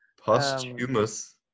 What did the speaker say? posthumous